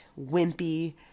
wimpy